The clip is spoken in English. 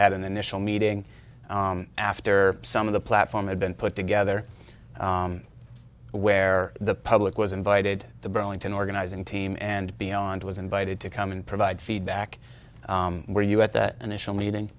had an initial meeting after some of the platform had been put together where the public was invited the burlington organizing team and beyond was invited to come and provide feedback were you at the initial meeting